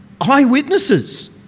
Eyewitnesses